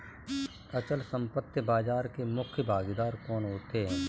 अचल संपत्ति बाजार के मुख्य भागीदार कौन होते हैं?